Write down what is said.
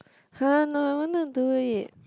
[huh] no I wanted to do it